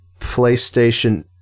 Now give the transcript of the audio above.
PlayStation